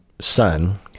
son